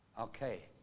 Okay